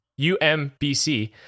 UMBC